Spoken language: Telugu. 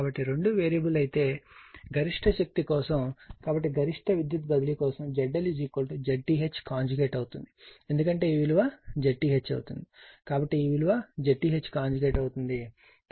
కాబట్టి రెండూ వేరియబుల్ అయితే గరిష్ట శక్తి కోసంకాబట్టి గరిష్ట విద్యుత్ బదిలీ కోసం ZL ZTH అవుతుంది ఎందుకంటే ఈ విలువ ZTH అవుతుంది కాబట్టి ఈ విలువ ZTH కాంజుగేట్ అవుతుంది కాబట్టి ఈ విలువ ZTH 2